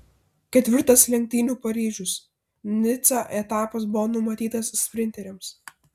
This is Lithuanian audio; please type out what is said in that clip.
ketvirtas lenktynių paryžius nica etapas buvo numatytas sprinteriams